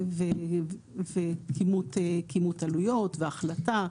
וכימות עלויות והחלטה,